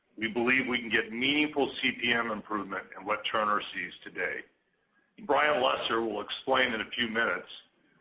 we believe we can get meaningful cpm improvement in what turner sees today. and brian lesser will explain in a few minutes,